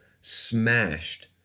smashed